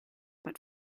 but